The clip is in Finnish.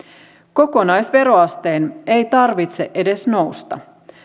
kokonaisveroasteen ei tarvitse edes nousta